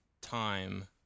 time